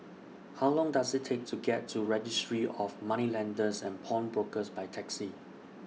How Long Does IT Take to get to Registry of Moneylenders and Pawnbrokers By Taxi